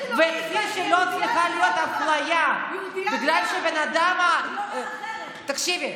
ולא צריכה להיות אפליה בגלל שאדם, תקשיבי,